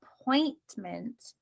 appointment